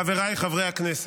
חבריי חברי הכנסת,